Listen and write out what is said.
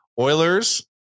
Oilers